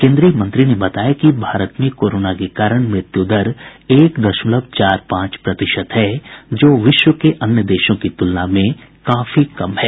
केन्द्रीय मंत्री ने बताया कि भारत में कोरोना के कारण मृत्यु दर एक दशमलव चार पांच प्रतिशत है जो विश्व के अन्य देशों की तुलना में काफी कम है